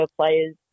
players